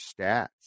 stats